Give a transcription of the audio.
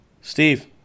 Steve